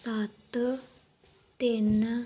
ਸੱਤ ਤਿੰਨ